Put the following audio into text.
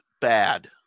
bad